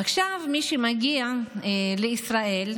עכשיו, מי שמגיע לישראל,